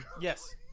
Yes